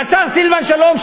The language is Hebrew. והשר סילבן שלום,